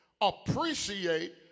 Appreciate